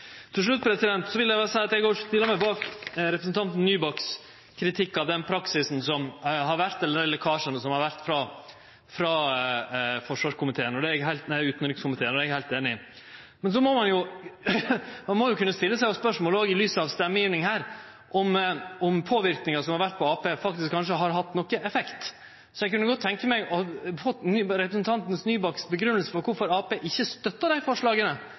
Til slutt vil eg berre seie at eg òg stiller meg bak representanten Nybakks kritikk av dei lekkasjane som har vore frå utanrikskomiteen. Det er eg heilt einig i. Men ein må jo òg kunne spørje seg, i lys av stemmegjevinga her, om påverknaden som har vore på Arbeidarpartiet, kanskje faktisk har hatt ein effekt. Så eg kunne godt tenkje meg å få grunngjevinga frå representanten Nybakk for kvifor Arbeidarpartiet ikkje støttar nettopp dei forslaga